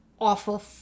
Awful